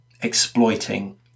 exploiting